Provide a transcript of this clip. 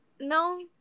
no